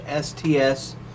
STS